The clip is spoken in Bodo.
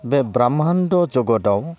बे ब्रह्मान्द' जगतआव